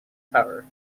power